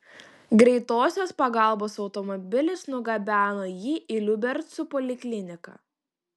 greitosios pagalbos automobilis nugabeno jį į liubercų polikliniką